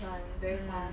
mm